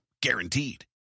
Guaranteed